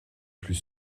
plus